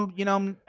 you know,